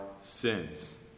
sins